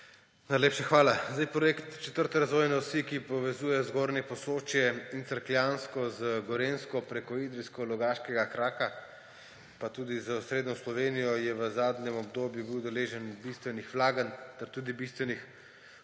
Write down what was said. Najlepša hvala. Projekt 4. razvojne osi, ki povezuje Zgornje Posočje in Cerkljansko z Gorenjsko preko idrijsko-logaškega kraka, pa tudi z osrednjo Slovenijo, je v zadnjem obdobju bil deležen bistvenih vlaganj ter tudi bistvenih